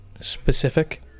specific